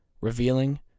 revealing